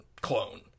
clone